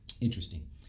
interesting